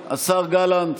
גלנט,